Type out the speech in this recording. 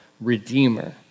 redeemer